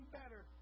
better